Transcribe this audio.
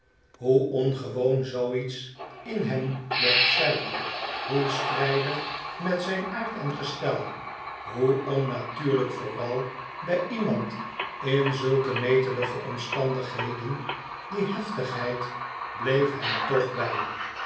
hoe ongewoon zooiets in hem mocht zijn hoe strijdig met zijn aard en gestel hoe onnatuurlijk vooral bij iemand in zulke netelige omstandigheden die heftigheid bleef hem toch bij